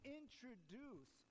introduce